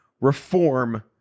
reform